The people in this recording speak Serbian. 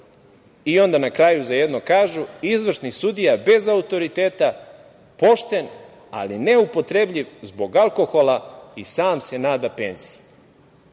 na kraju za jednog kažu - izvršni sudija bez autoriteta, pošten, ali neupotrebljiv zbog alkohola, i sam se nada penziji.E,